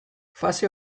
fase